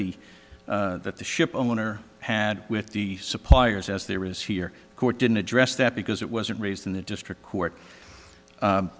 the that the ship owner had with the suppliers as there is here court didn't address that because it wasn't raised in the district court